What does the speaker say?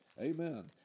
Amen